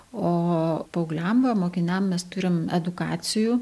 o paaugliam va mokiniam mes turim edukacijų